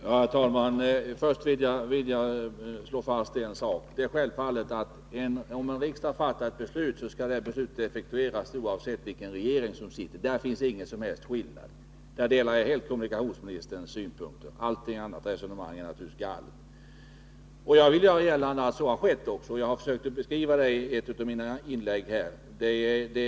Herr talman! Först vill jag slå fast en sak. Det är självfallet så, att om riksdagen fattar ett beslut skall det effektueras oavsett vilka som sitter i regeringen. Där delar jag helt kommunikationsministerns synpunkter. Att resonera på ett annat sätt är naturligtvis helt galet. Jag vill också göra gällande att beslutet har effektuerats. I ett av mina inlägg har jag försökt att beskriva det.